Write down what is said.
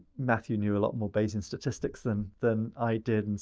matthew knew a lot more bayesian statistics than than i did. and